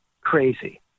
crazy